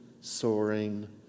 soaring